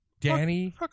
Danny